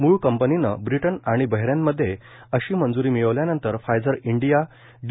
मूळ कंपनीनं ब्रिटन आणि बहरेनमध्ये अशी मंजूरी मिळविल्यानंतर फाईझर इंडिया डी